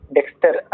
Dexter